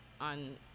on